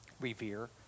Revere